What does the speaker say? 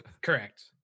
Correct